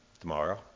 tomorrow